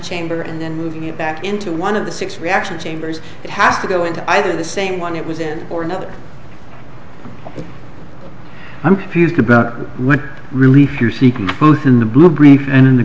chamber and then moving it back into one of the six reaction chambers it has to go into either the same one it was in or another i'm confused about what relief you're seeking in the blue green and in the